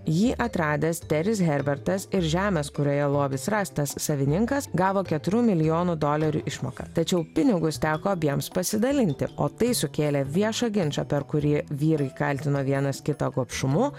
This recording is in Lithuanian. jį atradęs teris herbertas ir žemės kurioje lobis rastas savininkas gavo keturių milijonų dolerių išmoką tačiau pinigus teko abiems pasidalinti o tai sukėlė viešą ginčą per kurį vyrai kaltino vienas kitą gobšumu